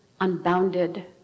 unbounded